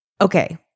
Okay